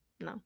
No